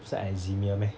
是 eczema meh